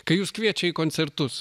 kai jus kviečia į koncertus